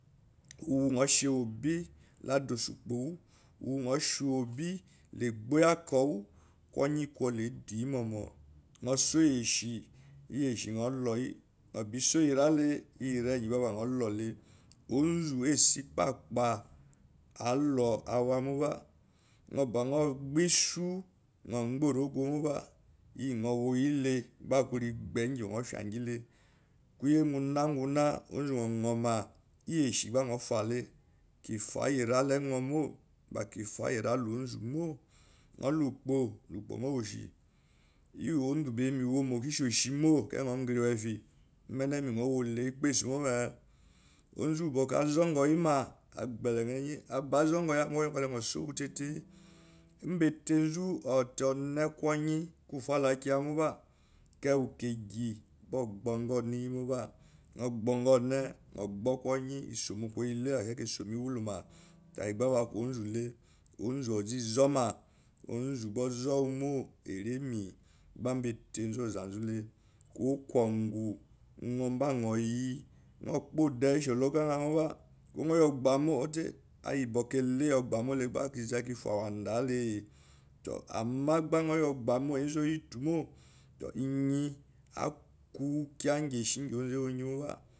Uwu nyó nyó shiwóbi adá osukpo wú uwu nyo shwobi la egbo ya kowu konyi koole edayi mumo nyo bo iyeshi nyo duyi monmo iyara yi gba ba nyo lour he onzu iso ikpakpa alour awa moba myo ba myo gbáá iou nyo gbe oro go moba iyi nyo wo yile gba aku regbe nyiba nyo fiea ngile muna muna onzu nyouma ngi shi gba nyo fale monyo fa iyi irala nyo mo anyo fa iyi ira la onzu mo iyi onzu bá iyi mewomo ba ishoshimo akai nyo agre wu efie iyi nyo wole ekpo esu mome azungoyima a gbelenyo enyi azongou yamo koyi kole nyo sowu tete mbetezu ozote one koyi kofa lakiya moba kewu kegi ogunga onyi moba orgur one orgur konyi orgur koile akai kesome wúlúmá tai gba ba aku onzu le onzu uz ozoma onzu gba ozowu mo eranme gba embatezu ozanzule kowo kungo nyo mba nyo yi nyo kpode ishi ologanye moba ko nyo iyogbamo ozute iyi de eyogbamo le gba kize kifawandale ama gba nyo yogbaamo enzu oyitomo to iyen aku kiya ngi onzu awongi moba